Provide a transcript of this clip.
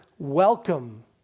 welcome